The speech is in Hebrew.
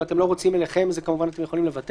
אם אתם לא רוצים אליכם, אתם כמובן יכולים לוותר